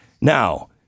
Now